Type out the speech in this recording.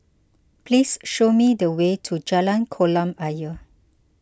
please show me the way to Jalan Kolam Ayer